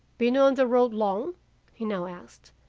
been on the road long he now asked,